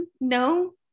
No